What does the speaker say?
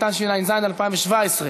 התשע"ז 2017,